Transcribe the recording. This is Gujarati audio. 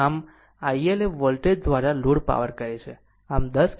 આમ IL એ વોલ્ટેજ દ્વારા લોડ પાવર કહે છે